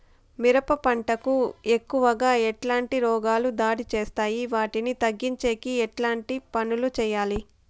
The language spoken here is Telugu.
మిరప పంట కు ఎక్కువగా ఎట్లాంటి రోగాలు దాడి చేస్తాయి వాటిని తగ్గించేకి ఎట్లాంటి పనులు చెయ్యాలి?